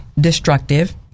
destructive